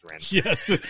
Yes